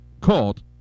called